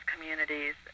communities